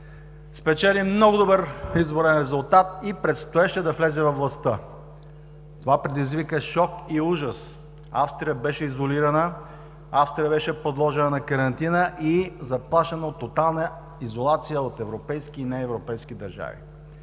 спечели много добър изборен резултат и предстоеше да влезе във властта. Това предизвика шок и ужас. Австрия беше изолирана, Австрия беше подложена под карантина и заплашена от тотална изолация от европейски и неевропейски държави.